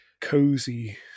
cozy